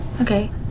okay